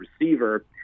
receiver